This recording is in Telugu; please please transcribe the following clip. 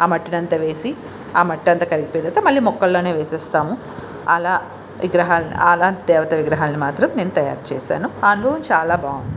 ఆ మట్టిని అంతా వేసి ఆ మట్టి అంతా కరిగి పోయిన తరువాత మళ్ళీ మొక్కలలో వేస్తాము ఆలా విగ్రహాలని అలా దేవత విగ్రహాలని మాత్రం నేను తయారు చేసాను అది చాలా బాగుంటుంది